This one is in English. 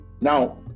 Now